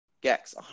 gex